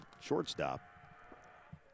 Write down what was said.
shortstop